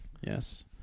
yes